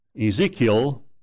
Ezekiel